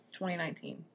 2019